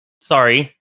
sorry